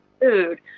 food